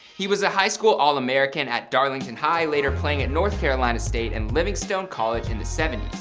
he was a high school all american at darlington high, later playing at north carolina state and livingstone college in the seventy